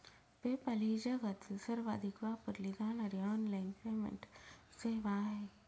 PayPal ही जगातील सर्वाधिक वापरली जाणारी ऑनलाइन पेमेंट सेवा आहे